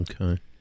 okay